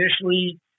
initially